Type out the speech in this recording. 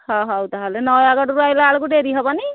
ହଁ ହଉ ତାହେଲେ ନୟାଗଡ଼ରୁ ଆଇଲା ବେଳକୁ ଡେରି ହେବନି